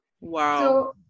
wow